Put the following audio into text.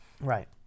Right